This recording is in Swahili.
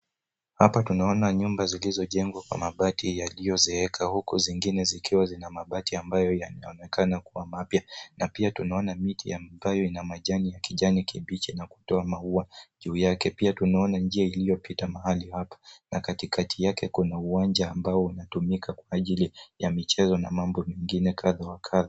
Hapa tunaona nyumba zilizojengwa kwa mabati yaliyozeeka huku zingine zikiwa zina mabati ambayo yanaonekana kuwa mapya na pia tunaona miti ambayo ina majani ya kijani kibichi na kutoa maua juu yake. Pia tunaona njia iliyopita mahali hapa na katikati yake kuna uwanja ambao unatumika kwa ajili ya michezo na mambo mengine kadha wa kadha.